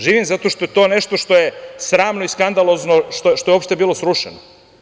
Živim zato što je to nešto što je sramno i skandalozno što je uopšte bilo srušeno.